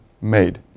made